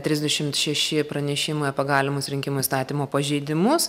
trisdešimt šeši pranešimai apie galimus rinkimų įstatymo pažeidimus